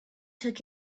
took